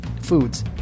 foods